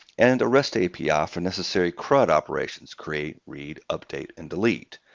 and the rest api ah for necessary crud operations, create, read, update, and delete.